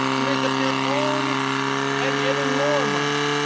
to make up your own and yeah and ignore mine.